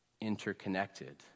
interconnected